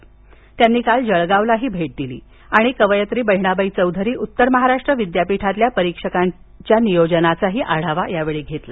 सामंत यांनी काल जळगावलाही भेट दिली आणि कवयित्री बहिणाबाई चौधरी उत्तर महाराष्ट्र विद्यापीठातल्या परीक्षांच्या नियोजनाचा आढावा घेतला